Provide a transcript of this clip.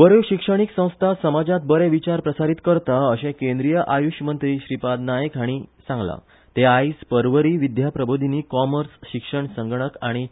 बऱ्यो शिक्षणीक संस्था समाजांत बरे विचार प्रसारीत करतात अशें केंद्रीय आयूष मंत्री श्रीपाद नायक हांणी सांगलां ते आयज परवरी विद्या प्रबोधिनी कॉमर्स शिक्षण संगणक आनी